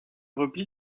repli